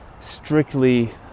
strictly